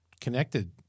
connected